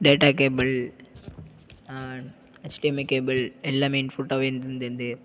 data cable HDMI cable எல்லாமே இன்ஃபுட்டாவே இருந்துது